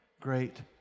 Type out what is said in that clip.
great